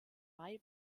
mai